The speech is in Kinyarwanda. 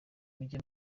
mujye